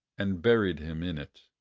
and buried him in it.